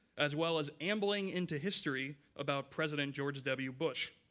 as well as ambling into history, about president george w bush.